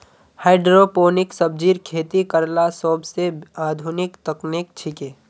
hydroponic सब्जिर खेती करला सोबसे आधुनिक तकनीक छिके